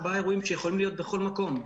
ארבעה אירועים שיכולים להיות בכל מקום.